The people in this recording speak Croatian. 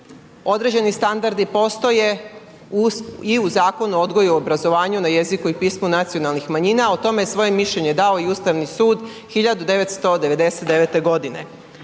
određeni standardi postoje i u Zakonu o odgoju i obrazovanju na jeziku i pismu nacionalnih manjina. O tome je svoje mišljenje dao i Ustavni sud 1999. godine.